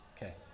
Okay